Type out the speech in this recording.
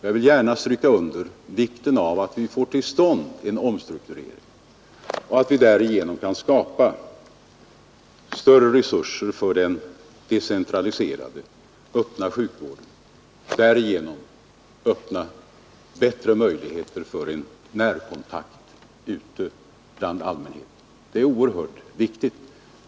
Jag vill gärna stryka under vikten av att en sådan omstrukturering kommer till stånd, så att vi kan skapa större resurser för den decentraliserade öppna sjukvården och därigenom öppna bättre möjligheter för en närkontakt ute bland allmänheten. Det är oerhört viktigt.